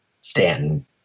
Stanton